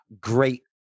great